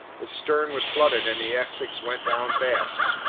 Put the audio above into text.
its stern was flooded, and the essex went down fast.